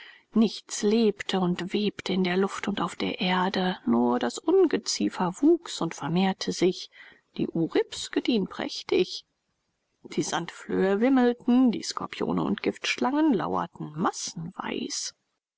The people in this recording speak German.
nichts lebte und webte in der luft und auf der erde nur das ungeziefer wuchs und vermehrte sich die uribs gediehen prächtig die sandflöhe wimmelten die skorpione und giftschlangen lauerten massenweis